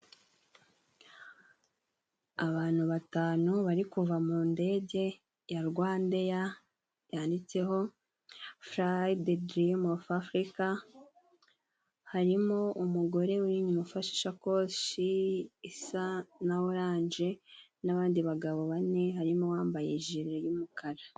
Abantu batanu bari kuva mu ndege ya Rwandeya, yanditseho furayide dirimu ofu afurika harimo umugore w'inyuma ufashe ishakoshi isa na oranje n'abandi bagabo bane harimo uwambaye jire y'umukara.